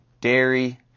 dairy